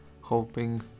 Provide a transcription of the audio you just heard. hoping